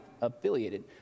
affiliated